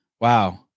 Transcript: Wow